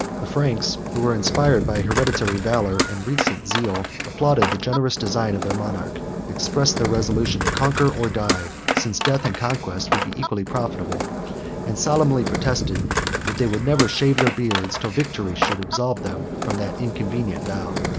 the franks, who were inspired by hereditary valor and recent zeal, applauded the generous design of their monarch expressed their resolution to conquer or die, since death and conquest would be equally profitable and solemnly protested that they would never shave their beards till victory should absolve them from that inconvenient vow.